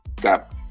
got